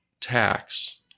tax